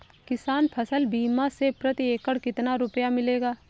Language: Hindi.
किसान फसल बीमा से प्रति एकड़ कितना रुपया मिलेगा?